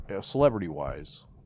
celebrity-wise